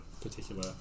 particular